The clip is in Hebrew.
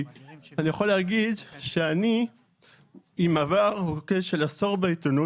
אני עם עבר של עשור בעיתונות.